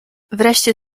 wreszcie